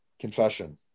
Confession